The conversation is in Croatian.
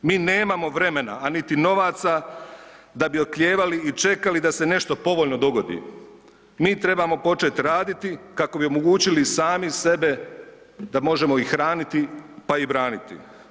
Mi nemamo vremena, a niti novaca da bi oklijevali i čekali da se nešto povoljno dogodi, mi trebamo početi raditi kao bi omogućili sami sebe da možemo i hraniti pa i braniti.